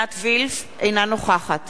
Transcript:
אינה נוכחת